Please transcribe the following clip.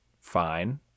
Fine